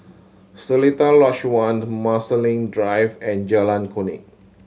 Seletar Lodge One Marsiling Drive and Jalan Kuning